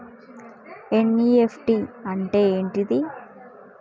NEFT అంటే ఏంటిది?